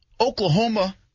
Oklahoma